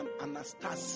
Anastasia